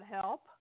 help